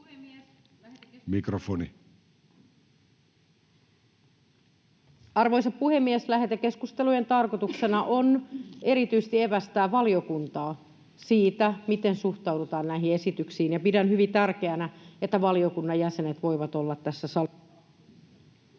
Mikrofoni. Arvoisa puhemies! Lähetekeskustelujen tarkoituksena on erityisesti evästää valiokuntaa siitä, miten suhtaudutaan näihin esityksiin, ja pidän hyvin tärkeänä sitä, että valiokunnan jäsenet voivat olla tässä...